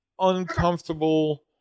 uncomfortable